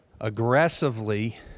aggressively